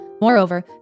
Moreover